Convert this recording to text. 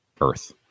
Earth